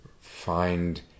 find